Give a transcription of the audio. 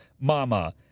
mama